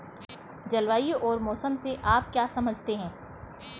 जलवायु और मौसम से आप क्या समझते हैं?